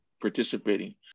participating